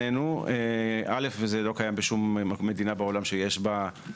כיוון שאנו יודעים אין בעיה שאף המחוקק עצמו יקבע את